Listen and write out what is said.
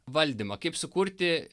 valdymą kaip sukurti